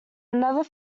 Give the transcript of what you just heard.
another